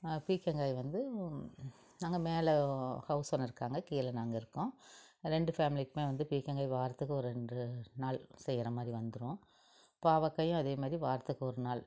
பீர்க்கங்காய் வந்து நாங்கள் மேலே ஹவுஸ் ஓனர் இருக்காங்க கீழே நாங்கள் இருக்கோம் ரெண்டு ஃபேமிலிக்குமே வந்து பீர்க்கங்காய் வாரத்துக்கு ஒரு ரெண்டு நாள் செய்கிறமாரி வந்துடும் பாவக்காயும் அதேமாதிரி வாரத்துக்கு ஒரு நாள்